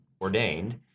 ordained